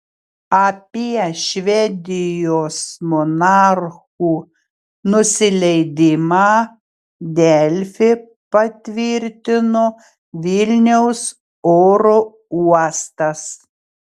apie švedijos monarchų nusileidimą delfi patvirtino vilniaus oro uostas